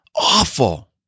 Awful